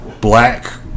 black